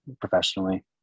professionally